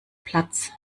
platz